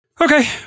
Okay